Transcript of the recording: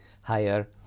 higher